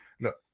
Look